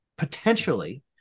Potentially